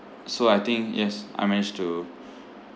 so I think yes I manage to